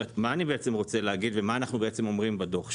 מה אני רוצה להגיד ומה אנחנו אומרים בדוח שלנו?